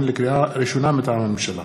לקריאה ראשונה, מטעם הממשלה: